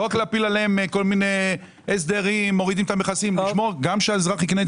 חבר הכנסת שיקלי,